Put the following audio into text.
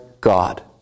God